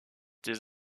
des